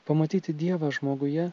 pamatyti dievą žmoguje